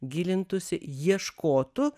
gilintųsi ieškotų